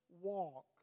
walk